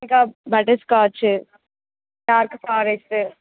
ఇంకా butterscotch dark forest